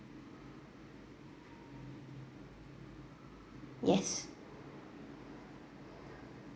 yes